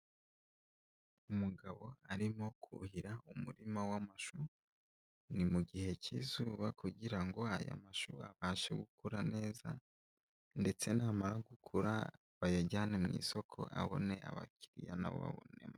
Umugabo arimo kuhira umurima w'amashu,, ni mu gihe cy'izuba kugira ngo aya mashu abashe gukura neza, ndetse namara gukura bayajyane mu isoko ,abone abakiriya na we abone amafaranga.